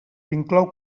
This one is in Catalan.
inclou